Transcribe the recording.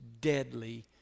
deadly